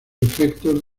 efectos